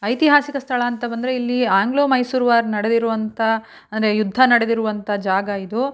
ಐತಿಹಾಸಿಕ ಸ್ಥಳ ಅಂತ ಬಂದರೆ ಇಲ್ಲಿ ಆಂಗ್ಲೋ ಮೈಸೂರು ವಾರ್ ನಡೆದಿರುವಂಥ ಅಂದರೆ ಯುದ್ಧ ನಡೆದಿರುವಂಥ ಜಾಗ ಇದು